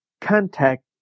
contact